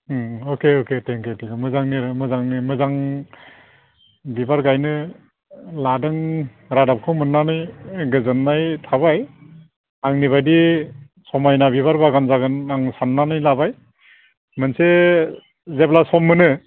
ओं okay okay thank you thank you मोजांनि मोजांनि मोजां बिबार गायनो लादों रादाबखौ मोननानै गोजोननाय थाबाय आंनि बायदि समायना बिबार बागान जागोन आं साननानै लाबाय मोनसे जेब्ला सम मोनो